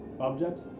objects